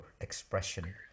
expression